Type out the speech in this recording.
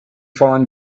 find